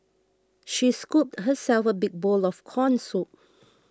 she scooped herself a big bowl of Corn Soup